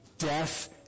Death